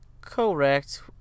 Correct